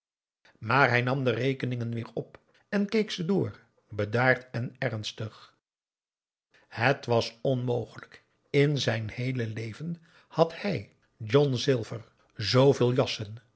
maar hij nam de rekeningen weer op en keek ze door bedaard en ernstig het was onmogelijk in zijn heele leven had hij john silver zooveel jassen